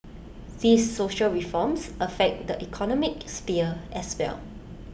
these social reforms affect the economic sphere as well